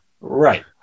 Right